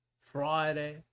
Friday